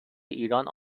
ایران